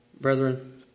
Brethren